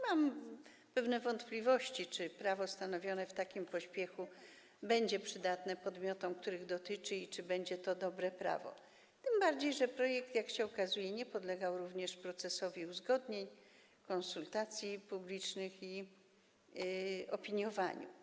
Mam pewne wątpliwości, czy prawo stanowione w takim pośpiechu będzie przydatne podmiotom, których dotyczy, i czy będzie to dobre prawo, tym bardziej że projekt, jak się okazuje, nie podlegał również procesowi uzgodnień, konsultacji publicznych ani opiniowaniu.